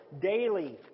daily